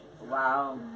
Wow